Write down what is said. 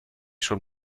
schon